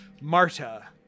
Marta